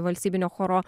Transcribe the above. valstybinio choro